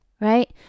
right